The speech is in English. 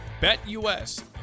BetUS